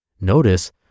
notice